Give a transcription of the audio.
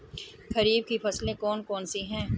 खरीफ की फसलें कौन कौन सी हैं?